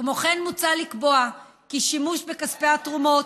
כמו כן, מוצע לקבוע כי שימוש בכספי תרומות,